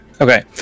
Okay